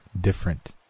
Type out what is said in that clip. different